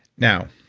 now,